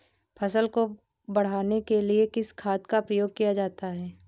फसल को बढ़ाने के लिए किस खाद का प्रयोग किया जाता है?